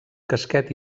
casquet